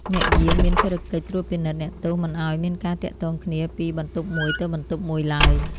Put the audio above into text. អ្នកយាមមានភារកិច្ចត្រួតពិនិត្យអ្នកទោសមិនឱ្យមានការទាក់ទងគ្នាពីបន្ទប់មួយទៅបន្ទប់មួយឡើយ។